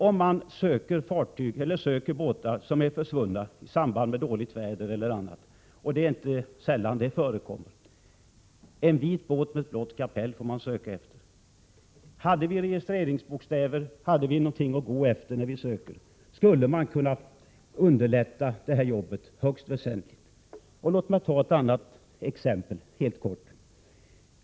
Om man söker efter en båt som har försvunnit i samband med dåligt väder e.d. — det är inte sällan detta förekommer —, är det en vit båt med ett blått kapell man får söka efter. Hade vi registreringsbokstäver när vi söker efter en båt, dvs. något att gå efter, skulle man kunna underlätta jobbet högst väsentligt. Låt mig helt kort ta ett annat exempel.